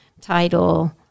title